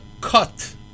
cut